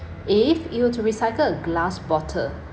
if you were to recycle a glass bottle